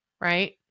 right